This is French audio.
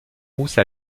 rousse